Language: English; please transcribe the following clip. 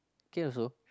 can also